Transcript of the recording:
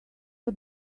for